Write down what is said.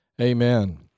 Amen